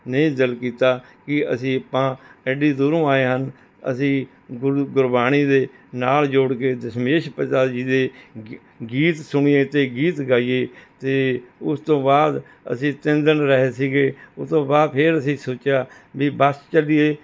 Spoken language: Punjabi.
ਨਹੀਂ ਦਿਲ ਕੀਤਾ ਕਿ ਅਸੀਂ ਆਪਾਂ ਐਡੀ ਦੂਰੋਂ ਆਏ ਹਨ ਅਸੀਂ ਗੁਰੂ ਗੁਰਬਾਣੀ ਦੇ ਨਾਲ ਜੁੜ ਕੇ ਦਸ਼ਮੇਸ਼ ਪਿਤਾ ਜੀ ਦੇ ਗੀ ਗੀਤ ਸੁਣੀਏ ਅਤੇ ਗੀਤ ਗਾਈਏ ਅਤੇ ਉਸ ਤੋਂ ਬਾਅਦ ਅਸੀ ਤਿੰਨ ਦਿਨ ਰਹੇ ਸੀਗੇ ਉਹ ਤੋਂ ਬਾਅਦ ਫੇਰ ਅਸੀਂ ਸੋਚਿਆ ਵੀ ਬੱਸ ਚੱਲੀਏ